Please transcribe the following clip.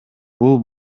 бул